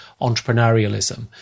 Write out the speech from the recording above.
entrepreneurialism